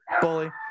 Bully